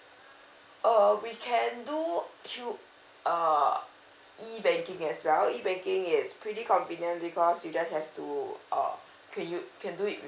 err we can do you err E banking as well E baking is pretty convenient because you just have to uh can you can do it with